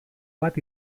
bat